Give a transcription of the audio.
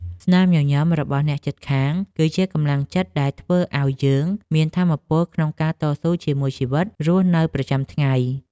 ស្នាមញញឹមរបស់អ្នកជិតខាង គឺជាកម្លាំងចិត្តដែលធ្វើឱ្យយើងមានថាមពលក្នុងការតស៊ូជាមួយជីវិតរស់នៅប្រចាំថ្ងៃ។